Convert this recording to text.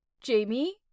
Jamie